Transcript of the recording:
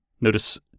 Notice